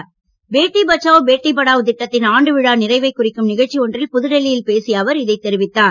பேட்டி பச்சாவ் பேட்டி படாவ் திட்டத்தின் ஆண்டு விழா நிறைவை குறிக்கும் நிகழ்ச்சி ஒன்றில் புதுடெல்லியில் பேசிய அவர் இதை தெரிவித்தார்